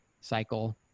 cycle